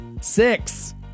six